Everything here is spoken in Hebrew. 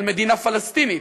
על מדינה פלסטינית,